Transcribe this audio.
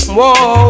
Whoa